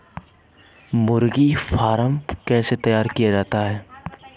मुर्गी फार्म कैसे तैयार किया जाता है?